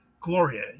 Gloria